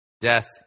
death